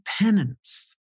penance